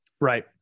Right